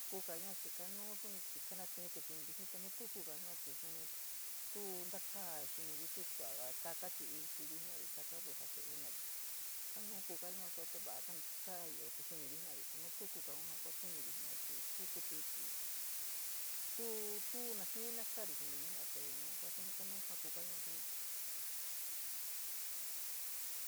Kuka yúa chii kanu suni chii kanatírí xiniri jii nu tuu kukaun suni tu ntakáá xiniri suaga taka chii ixiiri jinari taka ruu jasí’í jina’ari kanúú kuka un ja kuatinuri chii tuu kuítí chii tuu, tuu najii naa skari xiniri jenari te yua kuu suni kanu xáá kuka yua suni.